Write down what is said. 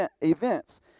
events